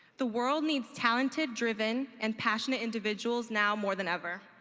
the world needs talented, driven, and passionate individuals now more than ever.